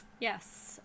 Yes